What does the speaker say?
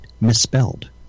misspelled